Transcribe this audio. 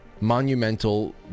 monumental